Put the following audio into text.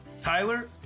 Tyler